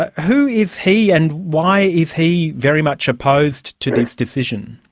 ah who is he and why is he very much opposed to this decision?